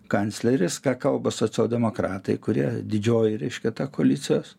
kancleris ką kalba socialdemokratai kurie didžioji reiškia ta koalicijos